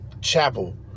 Chapel